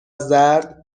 زرد